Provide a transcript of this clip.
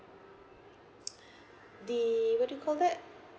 the what do you call that